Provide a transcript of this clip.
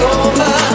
over